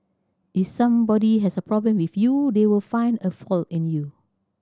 if somebody has a problem with you they will find a fault in you